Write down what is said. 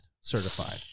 certified